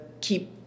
keep